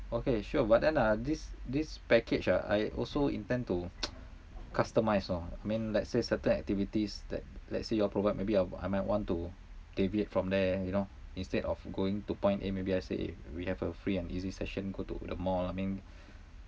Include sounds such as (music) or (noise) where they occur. okay sure but then ah this this package ah I also intend to (noise) customize orh I mean let's say certain activities that let's say you all provide maybe I I might want to deviate from there you know instead of going to point A maybe I say eh we have a free and easy session go to the mall I mean